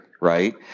right